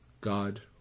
God